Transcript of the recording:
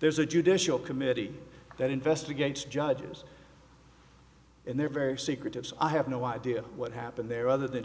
there's a judicial committee that investigates judges and they're very secretive so i have no idea what happened there other than